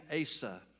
Asa